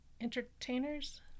Entertainers